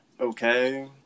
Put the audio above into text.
Okay